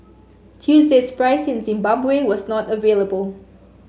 Tuesday's price in Zimbabwe was not available